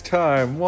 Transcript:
time